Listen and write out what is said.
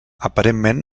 aparentment